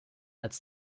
als